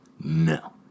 No